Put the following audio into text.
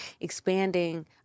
expanding